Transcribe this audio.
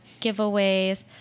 giveaways